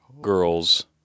girls